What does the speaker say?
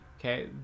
okay